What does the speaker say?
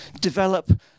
develop